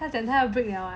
他讲他要 break liao [what]